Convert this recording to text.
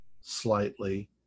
slightly